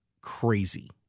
crazy